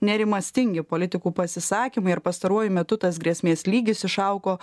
nerimastingi politikų pasisakymai ir pastaruoju metu tas grėsmės lygis išaugo